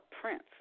prince